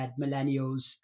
millennials